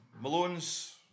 Malone's